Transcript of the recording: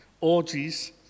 orgies